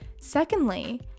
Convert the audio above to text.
secondly